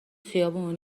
خیابون